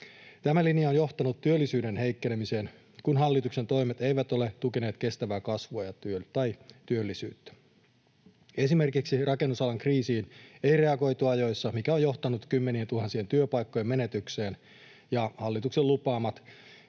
Tämä linja on johtanut työllisyyden heikkenemiseen, kun hallituksen toimet eivät ole tukeneet kestävää kasvua ja työllisyyttä. Esimerkiksi rakennusalan kriisiin ei reagoitu ajoissa, mikä on johtanut kymmenientuhansien työpaikkojen menetykseen, ja hallituksen lupaamat